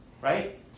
right